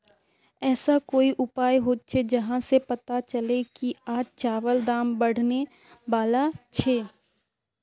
ऐसा कोई उपाय होचे जहा से पता चले की आज चावल दाम बढ़ने बला छे?